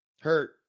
hurt